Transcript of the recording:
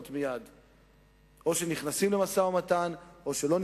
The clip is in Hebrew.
או שנכנסים למשא-ומתן או שלא,